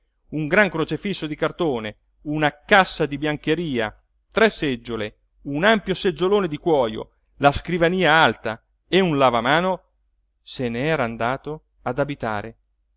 un gran crocefisso di cartone una cassa di biancheria tre seggiole un ampio seggiolone di cuojo la scrivania alta e un lavamano se n'era andato ad abitare